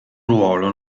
ruolo